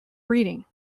reading